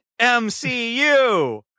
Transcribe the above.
MCU